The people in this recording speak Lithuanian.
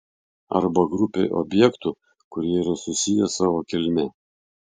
arba grupei objektų kurie yra susiję savo kilme